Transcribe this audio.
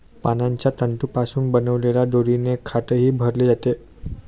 पानांच्या तंतूंपासून बनवलेल्या दोरीने खाटही भरली जाते